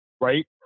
right